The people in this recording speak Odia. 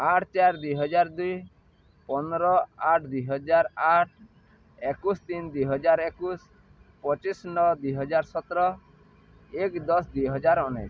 ଆଠ ଚାରି ଦୁଇହଜାର ଦୁଇ ପନ୍ଦର ଆଠ ଦୁଇହଜାର ଆଠ ଏକୋଇଶି ତିନି ଦୁଇହଜାର ଏକୋଇଶି ପଚିଶି ନଅ ଦୁଇହଜାର ସତର ଏକ ଦଶ ଦୁଇହଜାର ଉଣେଇଶି